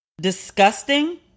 Disgusting